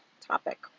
topic